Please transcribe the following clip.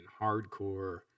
hardcore